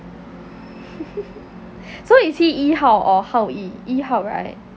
so is he yee hao or hao yee yee hao [right]